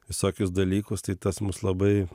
visokius dalykus tai tas mus labai